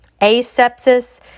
asepsis